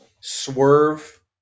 Swerve